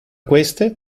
queste